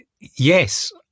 Yes